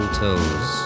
toes